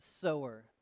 sower